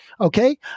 Okay